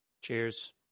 Cheers